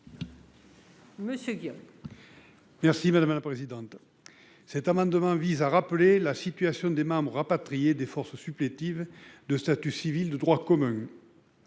Monsieur Guillaume.